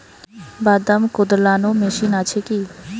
বাদাম কদলানো মেশিন আছেকি?